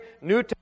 New